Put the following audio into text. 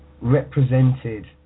represented